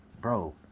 bro